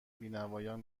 بینوایان